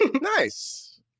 Nice